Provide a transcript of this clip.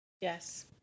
Yes